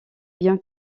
bien